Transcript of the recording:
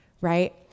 right